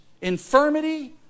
infirmity